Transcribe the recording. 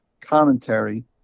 commentary